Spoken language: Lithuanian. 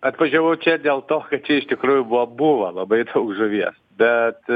atvažiavau čia dėl to kad čia iš tikrųjų buvo buvo labai daug žuvies bet